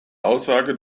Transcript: aussage